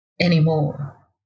anymore